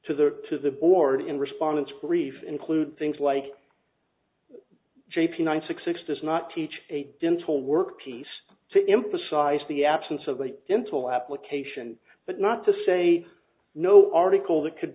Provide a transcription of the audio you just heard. to the to the board in response brief include things like j p one six six does not teach a dental work piece to emphasize the absence of a dental application but not to say no article that could